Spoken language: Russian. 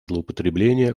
злоупотребления